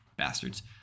bastards